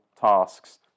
tasks